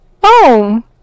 boom